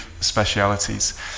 specialities